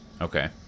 Okay